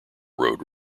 road